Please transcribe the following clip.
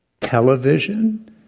television